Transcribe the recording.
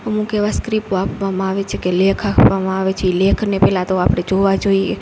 અમુક એવા સ્ક્રિપ્ટો આપવામાં આવે છે કે લેખ આપવામાં આવે છે એ લેખને પહેલાં તો આપણે જોવા જોઈએ